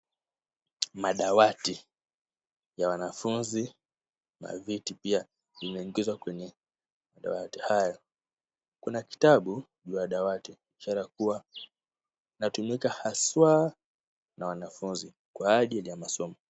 Madawati ya wanafunzi maviti pia imeingizwa kwenye madawati hayo. Kuna kitabu juu ya dawati ishara kuwa inatumika haswa na wanafunzi, kwaajili ya masomo.